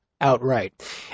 Outright